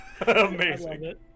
Amazing